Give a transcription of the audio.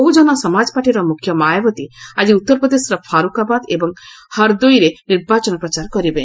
ବହୁଜନ ସମାଜ ପାର୍ଟିର ମୁଖ୍ୟ ମାୟାବତୀ ଆଜି ଉତ୍ତରପ୍ରଦେଶର ଫାରୁକାବାଦ ଏବଂ ହରଦୋଇରେ ନିର୍ବାଚନ ପ୍ରଚାର କରିବେ